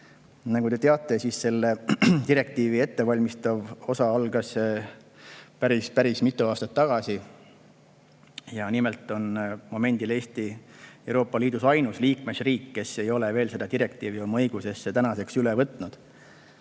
Nagu te teate, selle direktiivi ettevalmistav osa algas päris mitu aastat tagasi. Nimelt on momendil Eesti Euroopa Liidus ainus liikmesriik, kes ei ole veel seda direktiivi oma õigusesse üle võtnud.